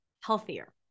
healthier